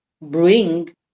bring